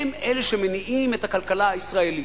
הם אלה שמניעים את הכלכלה הישראלית.